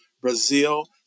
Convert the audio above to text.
Brazil